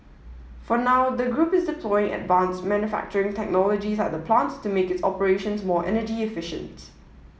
for now the group is deploying advanced manufacturing technologies at the plants to make its operations more energy efficient